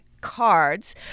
cards